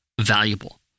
valuable